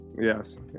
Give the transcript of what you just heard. Yes